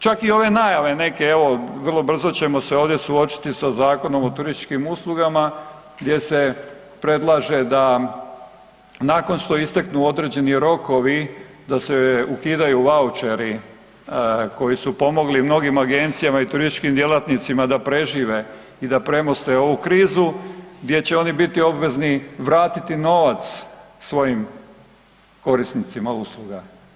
Čak i ove najave neke evo vrlo brzo ćemo se ovdje suočiti sa Zakonom o turističkim uslugama gdje se predlaže da nakon što isteknu određeni rokovi da se ukidaju vaučeri koji su pomogli mnogim agencijama i turističkim djelatnicima da prežive i da premoste ovu krizu, gdje će oni biti obvezni vratiti novac svojim korisnicima usluga.